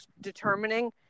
determining